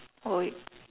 oh wait